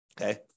Okay